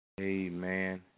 Amen